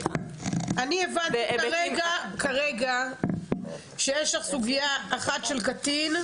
אני הבנתי כרגע שיש לך סוגיה אחת של קטין,